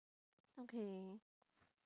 okay